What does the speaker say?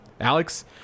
Alex